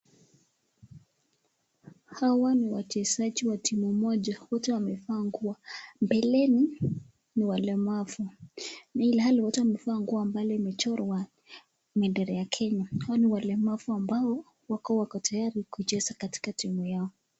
Hawa ni wachezaji wa timu moja wote wamevaa nguo mbeleni ni walemafu, wote wamevaa nguo ambaye imechorwa bendera ya kenya, hawa ni walemavu ambayo wako tayari kucheza timu yao.